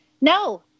No